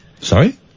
Sorry